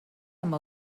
amb